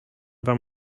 wam